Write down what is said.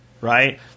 right